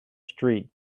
street